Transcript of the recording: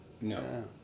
No